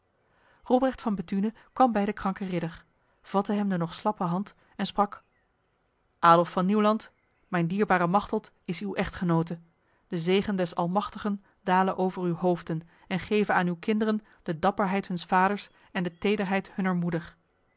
robrecht van bethune kwam bij de kranke ridder vatte hem de nog slappe hand en sprak adolf van nieuwland mijn dierbare machteld is uw echtgenote de zegen des almachtigen dale over uw hoofden en geve aan uw kinderen de dapperheid huns vaders en de tederheid hunner moeder